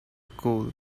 cool